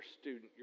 student